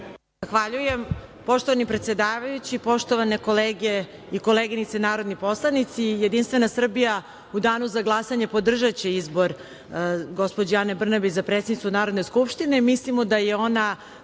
Zahvaljujem. Poštovani predsedavajući, poštovane kolege i koleginice narodni poslanici, JS u danu za glasanje podržaće izbor gospođe Ane Brnabić za predsednicu Narodne skupštine.